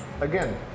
again